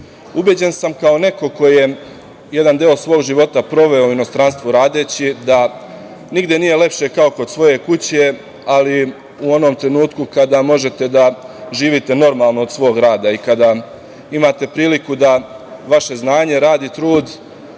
sam kao neko ko je jedan deo svog života proveo u inostranstvu radeći da nigde nije lepše kao kod svoje kuće, ali u onom trenutku kada možete da živite normalno od svog rada i kada imate priliku da vaše znanje, rad i trud